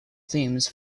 themes